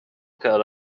cut